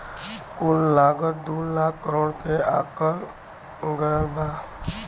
कुल लागत दू लाख करोड़ के आकल गएल बा